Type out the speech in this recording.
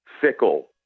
fickle